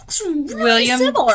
William